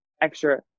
extra